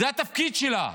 זה התפקיד שלה.